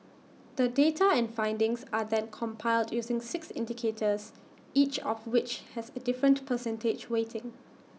the data and findings are then compiled using six indicators each of which has A different percentage weighting